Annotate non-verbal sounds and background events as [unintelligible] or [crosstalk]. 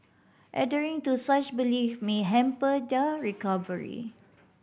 [unintelligible] to such belief may hamper their recovery